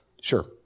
Sure